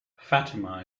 fatima